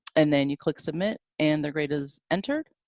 and then you click submit and their grade is entered.